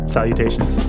Salutations